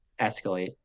escalate